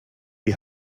die